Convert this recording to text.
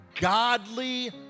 godly